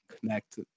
connect